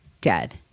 dead